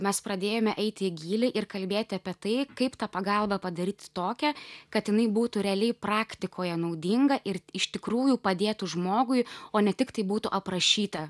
mes pradėjome eiti į gylį ir kalbėti apie tai kaip tą pagalbą padaryt tokią kad jinai būtų realiai praktikoje naudinga ir iš tikrųjų padėtų žmogui o ne tiktai būtų aprašyta